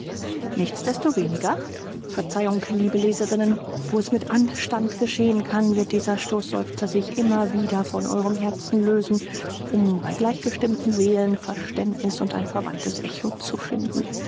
nichtsdestoweniger verzeihung liebe leserinnen wo es mit anstand geschehen kann wird dieser stoßseufzer sich immer wieder von eurem herzen loslösen um bei gleichgestimmten seelen verständniß und ein verwandtes echo zu finden